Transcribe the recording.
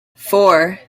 four